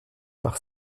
par